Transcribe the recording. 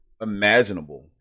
imaginable